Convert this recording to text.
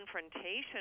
confrontation